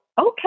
okay